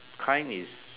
kind is